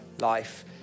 life